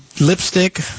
lipstick